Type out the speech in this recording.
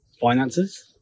finances